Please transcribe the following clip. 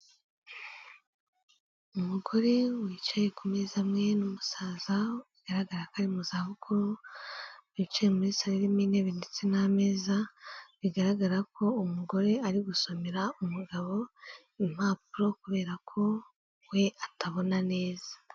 Umugore wicaye ku meza amwe n'umusaza, bigaragara ko ari mu zabukuru, bicaye muri salo irimo intebe ndetse n'ameza, bigaragara ko umugore ari gusomera umugabo impapuro kubera ko we atabona neza.